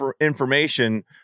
information